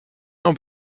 now